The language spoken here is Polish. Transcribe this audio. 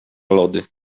lody